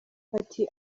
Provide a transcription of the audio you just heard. ati